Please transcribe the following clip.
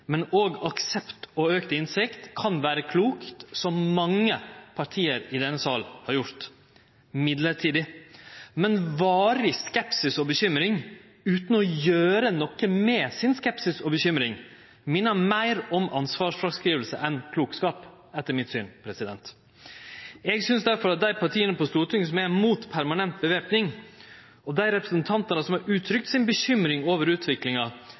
men også aksept og auka innsikt, kan vere klokt, som mange parti i denne salen har gjort – mellombels. Men varig skepsis og bekymring utan å gjere noko med skepsisen sin og bekymringa si minner meir om ansvarsfråskriving enn klokskap, etter mitt syn. Eg synest difor at dei partia på Stortinget som er mot permanent væpning, og dei representantane som har gjeve uttrykk for bekymring over utviklinga,